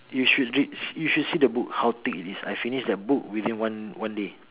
you should read you should see the book how thick it is I finish that book within one one day